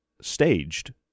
staged